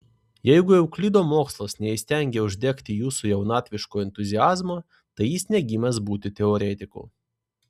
jeigu euklido mokslas neįstengė uždegti jūsų jaunatviško entuziazmo tai jis negimęs būti teoretiku